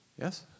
Yes